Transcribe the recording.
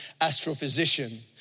astrophysician